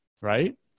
right